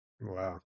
Wow